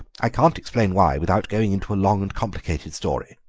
i can't explain why without going into a long and complicated story.